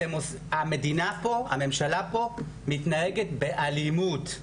המדינה פה, הממשלה פה, מתנהגת באלימות,